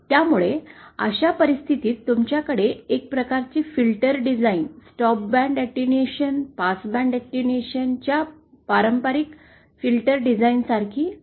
त्यामुळे अशा परिस्थितीत तुमच्याकडे एक प्रकारची filter design stop band attenuation passband attenuation च्या पारंपरिक फिल्टर डिझाइनसारखी आहे